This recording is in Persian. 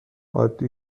عادی